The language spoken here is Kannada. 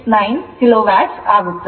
0669 kilowatt ಆಗುತ್ತದೆ